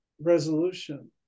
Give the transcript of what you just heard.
resolution